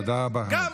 תודה רבה, חבר הכנסת.